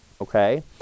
Okay